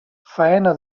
faena